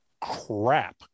crap